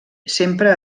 sempre